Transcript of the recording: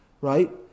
right